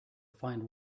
find